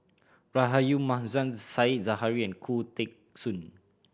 Rahayu Mahzam Said Zahari and Khoo Teng Soon